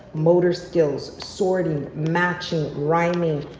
motor skills, sorting, matching, rhyming,